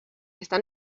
están